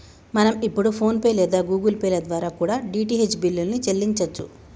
మనం ఇప్పుడు ఫోన్ పే లేదా గుగుల్ పే ల ద్వారా కూడా డీ.టీ.హెచ్ బిల్లుల్ని చెల్లించచ్చు